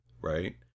right